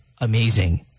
amazing